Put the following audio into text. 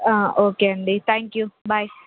okay అండి thank you bye